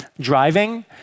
driving